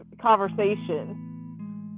conversation